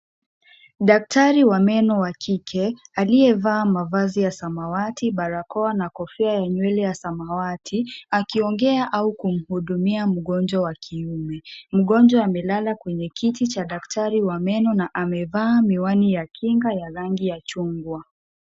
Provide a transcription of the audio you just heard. Daktari wa meno wa kike aliyevaa mavazi ya samawati barakoa na kofia ya nywele ya samawati , akiongea au kumhudumia mgonjwa wa kiume . Mgonjwa amelala kwenye kiti cha daktari wa meno na amevaa miwani ya kinga ya rangi ya chungwa.